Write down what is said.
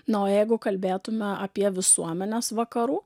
na o jeigu kalbėtumėme apie visuomenes vakarų